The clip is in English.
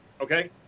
Okay